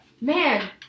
Man